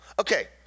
Okay